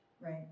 right